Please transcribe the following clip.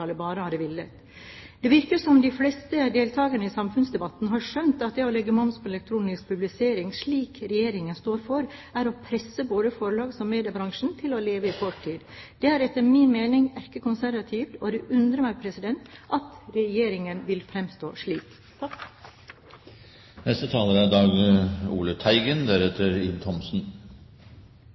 bare hadde villet. Det virker som de fleste deltakerne i samfunnsdebatten har skjønt at det å legge moms på elektronisk publisering – som Regjeringen står for – er å presse både forlags- og mediebransjen til å leve i fortida. Det er etter min mening erkekonservativt, og det undrer meg at Regjeringen vil fremstå slik. Dette er